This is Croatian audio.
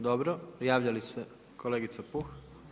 Dobro, javlja li se, kolegica Puh.